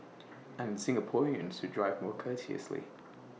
and Singaporeans should drive more courteously